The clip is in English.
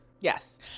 Yes